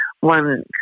one